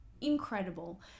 incredible